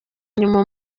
nyuma